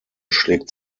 schlägt